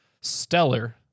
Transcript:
stellar